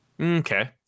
Okay